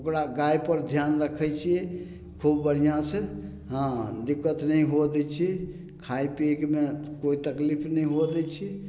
ओकरा गायपर ध्यान रखय छियै खूब बढ़िआँसँ हँ दिक्कत नहि हुअ दै छियै खाय पीयैमे कोइ तकलीफ नहि हुअ दै छियै